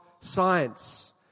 science